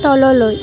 তললৈ